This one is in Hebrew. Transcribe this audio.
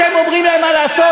אתם אומרים להם מה לעשות.